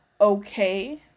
okay